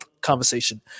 conversation